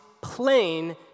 plain